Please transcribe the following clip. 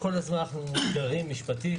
אנחנו כל הזמן מאותגרים משפטית,